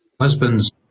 husbands